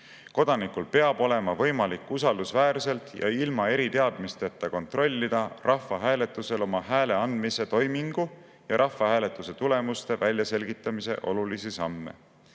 Kodanikul peab olema võimalik usaldusväärselt ja ilma eriteadmisteta kontrollida rahvahääletusel oma hääle andmise toimingu ja rahvahääletuse tulemuste väljaselgitamise olulisi samme.